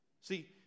See